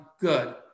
good